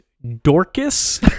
Dorcas